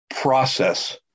process